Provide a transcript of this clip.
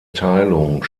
teilung